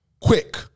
quick